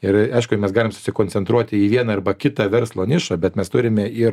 ir aišku mes galim susikoncentruoti į vieną arba kitą verslo nišą bet mes turime ir